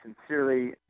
sincerely